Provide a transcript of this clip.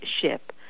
ship